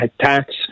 tax